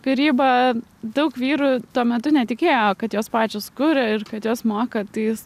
karyba daug vyrų tuo metu netikėjo kad jos pačios kuria ir kad jos moka tais